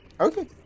Okay